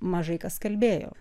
mažai kas kalbėjo